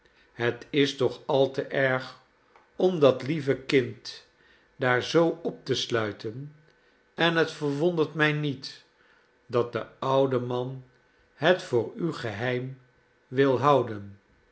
het is toch al te erg om dat lieve kind daar zoo op te sluiten en het verwondert mij niet dat de oude man het voor u geheim wil houden